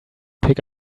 pick